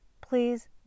please